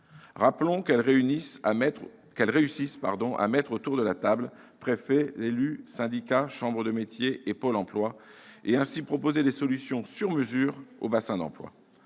Rappelons que les MEF réussissent à réunir autour de la même table préfets, élus, syndicats, chambres de métiers et Pôle Emploi, et peuvent ainsi proposer des solutions « sur mesure » au bassin d'emploi.